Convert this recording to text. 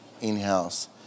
in-house